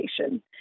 education